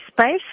space